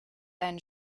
einen